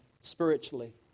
spiritually